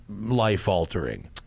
life-altering